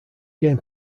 gain